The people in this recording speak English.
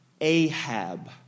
Ahab